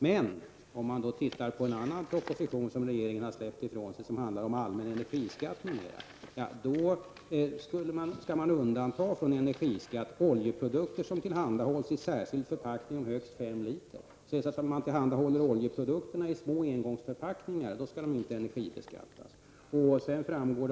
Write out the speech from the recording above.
Men om man läser en annan proposition som regeringen har lämnat från sig och som handlar om allmän energiskatt m.m. ser man att oljeprodukter som tillhandahålls i särskild förpackning om högst 5 liter skall undantas från energiskatt. Om man tillhandahåller oljeprodukterna i små engångsförpackningar skall de inte energibeskattas.